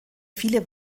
viele